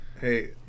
Hey